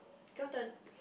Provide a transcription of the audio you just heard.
your turn